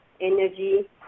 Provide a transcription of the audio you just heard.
energy